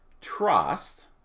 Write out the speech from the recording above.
trust